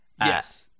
yes